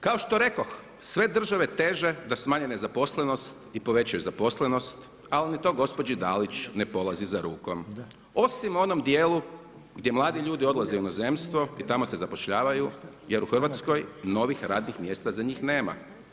Kao što rekoh, sve države teže da smanje nezaposlenost i povećaju zaposlenost, ali to gospođi Dalić ne polazi za rukom, osim u onom djelu gdje mladi ljudi odlaze u inozemstvo i tamo se zapošljavaju jer u Hrvatskoj novih radnih mjesta za njih nema.